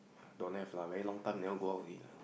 don't have lah very long time never go out already lah